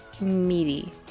meaty